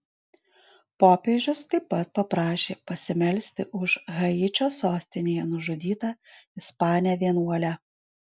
popiežius taip pat paprašė pasimelsti už haičio sostinėje nužudytą ispanę vienuolę